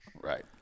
Right